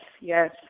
yes